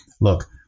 Look